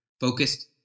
Focused